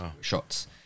shots